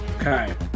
Okay